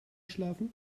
schlafen